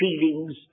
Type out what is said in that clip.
feelings